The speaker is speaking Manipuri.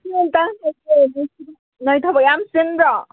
ꯅꯪ ꯊꯕꯛ ꯌꯥꯝ ꯆꯤꯟꯕ꯭ꯔꯣ